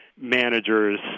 managers